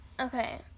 Okay